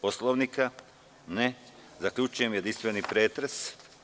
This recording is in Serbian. Poslovnika? (Ne) Zaključujem jedinstveni pretres.